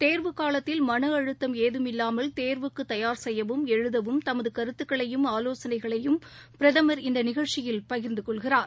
தேர்வு காலத்தில் மனஅழுத்தம் ஏதுமில்லாமல் தேர்வுக்குதயார் செய்யவும் எழுதவும் தமதுகருத்துக்களையும் ஆலோசனைகளையும் பிரதமர் இந்தநிகழ்ச்சியில் பகிர்ந்துகொள்வார்